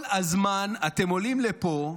כל הזמן אתם עולים לפה,